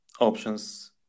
options